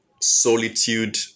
solitude